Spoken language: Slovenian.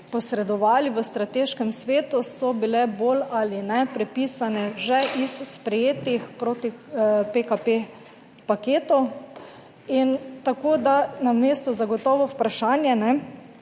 posredovali v strateškem svetu, so bile bolj ali ne prepisane že iz sprejetih proti PKP paketov in tako da na mestu zagotovo vprašanje,